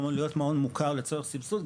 להיות מעון מוכר לצורך סבסוד,